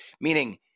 meaning